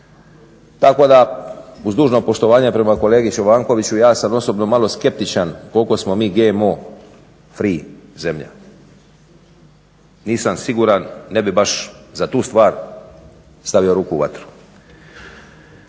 tako da uz dužno poštovanje prema kolegi Čobankoviću ja sam osobno malo skeptičan koliko smo mi GMO free zemlja. Nisam siguran, ne bi baš za tu stvar stavio ruku u vatru.